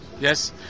yes